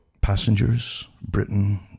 passengers—Britain